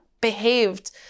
behaved